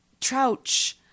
Trouch